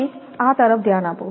હવે આ તરફ ધ્યાન આપો